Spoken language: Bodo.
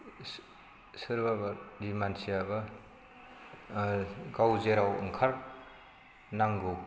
सोरबा बायदि मानसियाबा गाव जेराव ओंखार नांगौ